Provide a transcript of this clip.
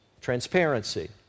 Transparency